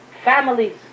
families